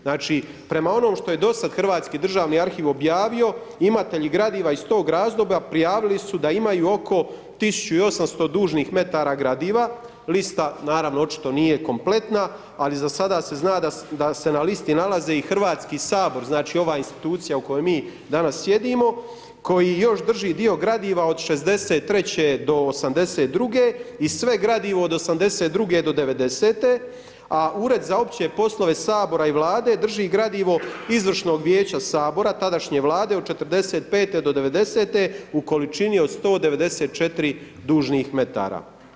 Znači, prema onom što je Hrvatski državni arhiv objavio, imatelji gradiva iz tog razdoblja prijavili su da imaju oko 1800 dužnih metara gradiva, lista naravno očito nije kompleta, ali zasada se zna da se na listi nalazi i Hrvatski sabor, znači ova institucija u kojoj mi danas sjedimo, koji još drži dio gradiva '63. do '82. i sve gradivo od '82. do '90., a Ured za opće poslove Sabora i Vlade drži gradivo izvršnog vijeća Sabora, tadašnje Vlade, od '45. do '90. u količini od 194 dužnih metara.